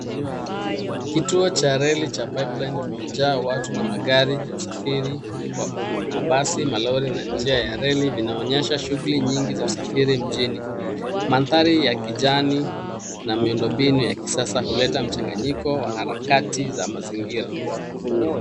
Kituo cha reli cha Pipeline kimejaa watu na magari ya usafiri wa umma . Mabasi, malori na njia ya reli zinaonyesha shughuli nyingi za usafiri mjini . Mandhari ya kijani na miundombinu ya kisasa huleta mchanganyiko wa harakati za mazingira.